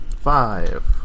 Five